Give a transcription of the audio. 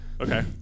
Okay